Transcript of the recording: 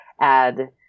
add